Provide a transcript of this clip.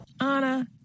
Anna